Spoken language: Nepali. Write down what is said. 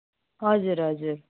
हजुर हजुर